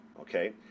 okay